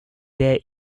day